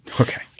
Okay